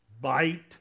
Bite